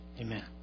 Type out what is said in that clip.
amen